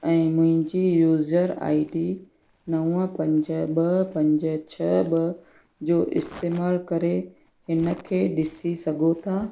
ऐं मुहिंजी user I D नव पंज ॿ पंज छह ॿ जो इस्तेमालु करे हिन खे ॾिसी सघो था